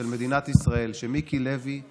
להקים משפחות.